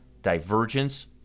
divergence